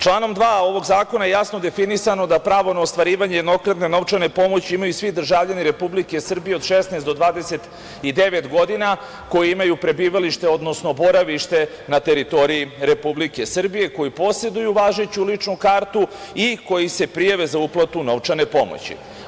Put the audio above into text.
Članom 2. ovog zakona jasno je definisano da pravo na ostvarivanje jednokratne novčane pomoći imaju svi državljani Republike Srbije od 16 do 29 godina koji imaju prebivalište, odnosno boravište na teritoriji Republike Srbije, koji poseduju važeću ličnu kartu i koji se prijave za uplatu novčane pomoći.